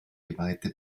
geweihte